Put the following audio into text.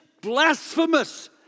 blasphemous